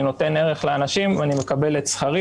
אני נותן ערך לאנשים ואני מקבל את שכרי